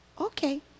okay